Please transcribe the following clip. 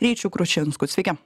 ryčiu krušinsku sveiki